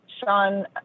Sean